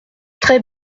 très